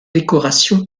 décoration